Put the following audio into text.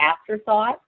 afterthought